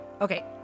Okay